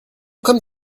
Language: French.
comme